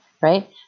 right